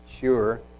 sure